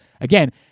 again